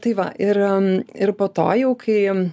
tai va ir ir po to jau kai